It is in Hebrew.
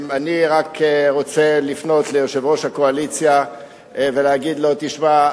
אני רק רוצה לפנות ליושב-ראש הקואליציה ולהגיד לו: תשמע,